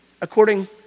according